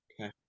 okay